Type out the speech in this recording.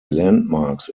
landmarks